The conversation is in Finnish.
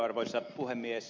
arvoisa puhemies